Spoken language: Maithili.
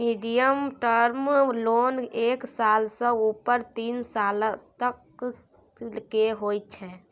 मीडियम टर्म लोन एक साल सँ उपर तीन सालक तक केर होइ छै